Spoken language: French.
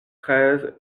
treize